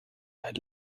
had